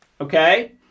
Okay